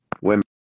Women